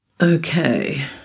okay